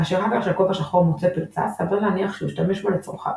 כאשר האקר של כובע שחור מוצא פרצה סביר להניח שהוא ישתמש בה לצרכיו,